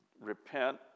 repent